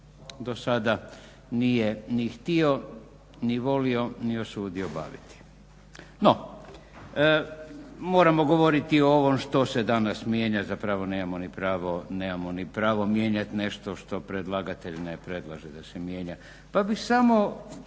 do sada nije ni htio ni volio ni usudio baviti. No, moramo govoriti o ovome što se danas mijenja. Za pravo nemamo pravo mijenjati nešto što predlagatelj ne predlaže da se mijenja, pa bih samo